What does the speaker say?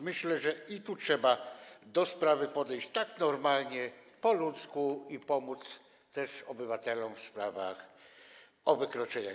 Myślę, że i tu trzeba do sprawy podejść tak normalnie, po ludzku i pomóc też obywatelom w sprawach o wykroczenia.